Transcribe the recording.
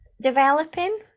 developing